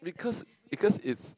because because if